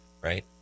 right